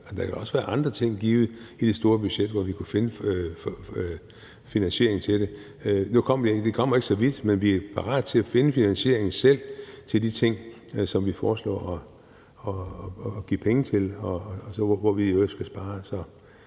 der kunne også være andre ting i det store budget, hvor vi kunne finde finansiering til det. Nu kom vi ikke så vidt, men vi er parate til selv at finde finansieringen til de ting, som vi foreslår at give penge til, og hvor vi i øvrigt skal spare.